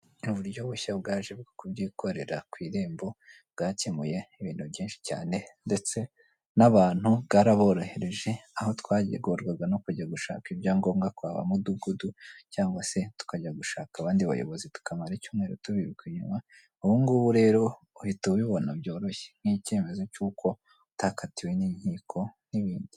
Uburyo bushya bwaje bwo kubyikorera ku irembo bwakemuye ibintu byinshi cyane ndetse n'abantu bwaraborohereje aho twagorwaga no kujya gushaka ibyangombwa kwa mudugudu cyangwa se tukajya gushaka abandi bayobozi tukamara icyumweru tubiruka inyuma ubungubu rero uhita ubibona byoroshye nk'icyemezo cy'uko utakatiwe n'inkiko n'ibindi.